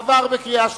עבר בקריאה שלישית,